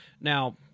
Now